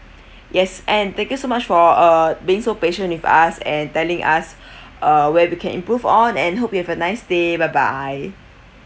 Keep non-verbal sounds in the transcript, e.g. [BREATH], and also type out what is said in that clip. yes and thank you so much for uh being so patient with us and telling us [BREATH] uh where we can improve on and hope you have a nice day bye bye